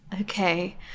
Okay